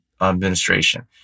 administration